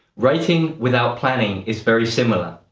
writing without planning is very similar.